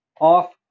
off